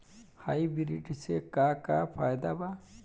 Hybrid से का का फायदा बा?